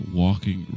walking